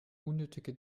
unnötige